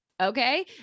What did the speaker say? Okay